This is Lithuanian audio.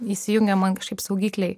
įsijungia man kažkaip saugikliai